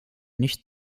nicht